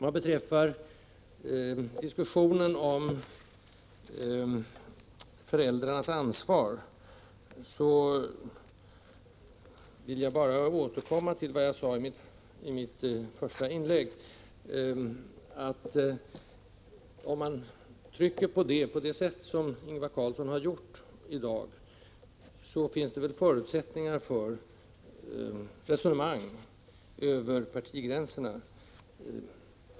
Vad beträffar diskussionen om föräldrarnas ansvar vill jag återkomma till vad jag sade i mitt första inlägg. Om man trycker på föräldrarnas ansvar på det sätt som Ingvar Carlsson har gjort i dag, torde det finnas förutsättningar för resonemang över partigränserna.